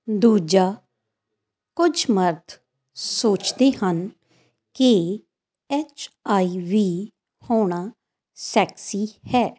ਦੂਜਾ ਕੁਝ ਮਰਦ ਸੋਚਦੇ ਹਨ ਕਿ ਐੱਚ ਆਈ ਵੀ ਹੋਣਾ ਸੈਕਸੀ ਹੈ